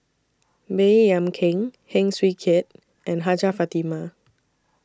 Baey Yam Keng Heng Swee Keat and Hajjah Fatimah